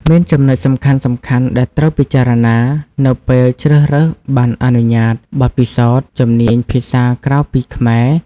មានចំណុចសំខាន់ៗដែលត្រូវពិចារណានៅពេលជ្រើសរើស ប័ណ្ណអនុញ្ញាត បទពិសោធន៍ ជំនាញភាសាក្រៅពីខ្មែរ។